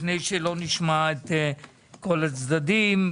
לפני שנשמע את כל הצדדים.